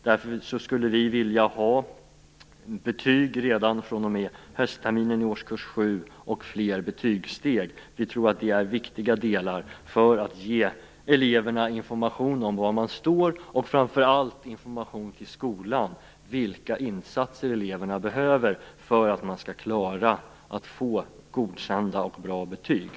Därför skulle vi vilja ha betyg redan fr.o.m. höstterminen i årskurs 7, och vi vill ha fler betygssteg. Vi tror att det är viktigt när det gäller att ge eleverna information om var de står. Framför allt är det viktigt att skolan får information om vilka insatser eleverna behöver för att de skall klara av att få godkända och bra betyg.